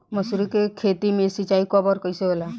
मसुरी के खेती में सिंचाई कब और कैसे होला?